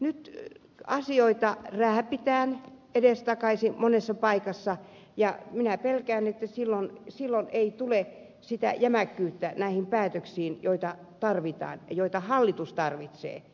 nyt asioita rääpitään edestakaisin monessa paikassa ja minä pelkään että silloin ei tule niihin päätöksiin sitä jämäkkyyttä mitä tarvitaan ja hallitus tarvitsee